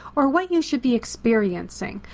or what you should be experiencing.